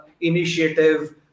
initiative